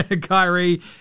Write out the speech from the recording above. Kyrie